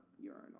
urinal